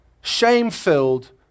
shame-filled